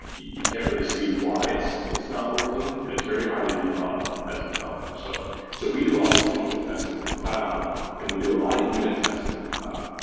you can't really see why it's it's not working, and it's very hard to debug as a developer. so so we do all these visual testing in the cloud and we do a lot of unit testing in the cloud.